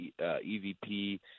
EVP